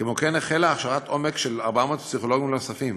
כמו כן, החלה הכשרת עומק של 400 פסיכולוגים נוספים